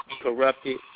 corrupted